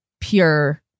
pure